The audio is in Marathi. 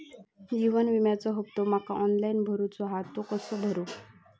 जीवन विम्याचो हफ्तो माका ऑनलाइन भरूचो हा तो कसो भरू?